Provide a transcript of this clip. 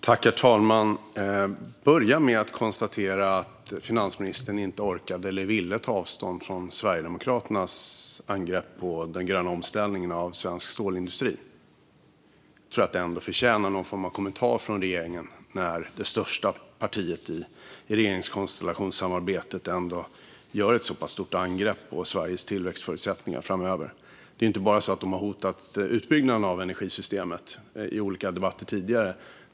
Herr talman! Jag börjar med att konstatera att finansministern inte orkade eller ville ta avstånd från Sverigedemokraternas angrepp på den gröna omställningen av svensk stålindustri. Jag tror att det ändå förtjänar någon form av kommentar från regeringen när det största partiet i regeringskonstellationssamarbetet gör ett så pass stort angrepp på Sveriges tillväxtförutsättningar framöver. Det är inte bara så att det har hotat utbyggnaden av energisystemet i olika debatter tidigare.